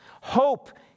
hope